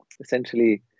essentially